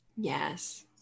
Yes